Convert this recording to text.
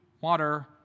water